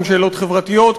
גם שאלות חברתיות,